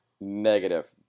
Negative